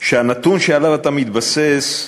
שהנתון שעליו אתה מתבסס,